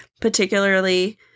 particularly